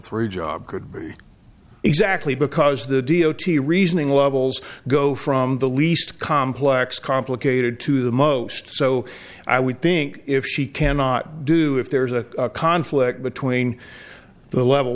be exactly because the d o t reasoning levels go from the least complex complicated to the most so i would think if she cannot do if there's a conflict between the level